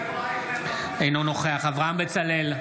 אינו נוכח אברהם בצלאל,